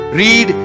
read